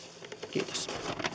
kiitos